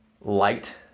light